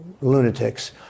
lunatics